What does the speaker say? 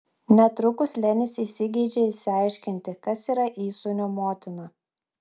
netrukus lenis įsigeidžia išsiaiškinti kas yra įsūnio motina